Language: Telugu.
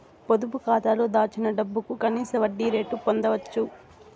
పొదుపు కాతాలో దాచిన డబ్బుకు కనీస వడ్డీ రేటు పొందచ్చు